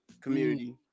community